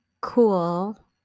cool